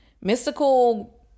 mystical